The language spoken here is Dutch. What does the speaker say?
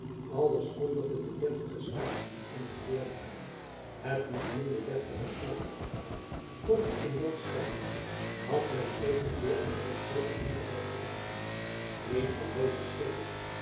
alles kondigde den deftigen staatsman en geleerde aan het niet minder deftige vrouweportret dat tot pendant strekte had men evenzeer aan het penceel van mierevelt te danken niet van dezen schilder